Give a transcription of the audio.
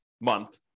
month